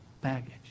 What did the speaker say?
baggage